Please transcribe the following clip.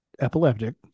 epileptic